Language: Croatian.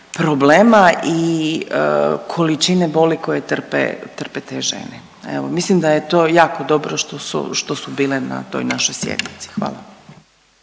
problema i količine boli koje trpe te žene. Evo mislim da je to jako dobro što su bile na toj našoj sjednici. Hvala.